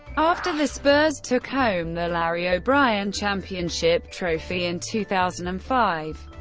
after the spurs took home the larry o'brien championship trophy in two thousand and five,